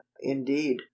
indeed